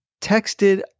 texted